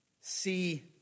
see